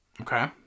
Okay